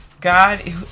God